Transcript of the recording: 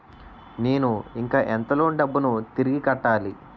నేను ఇంకా ఎంత లోన్ డబ్బును తిరిగి కట్టాలి?